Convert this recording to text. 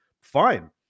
fine